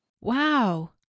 Wow